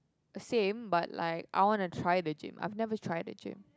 the same but like I wanna try the gym I've never tried the gym